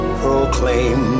proclaim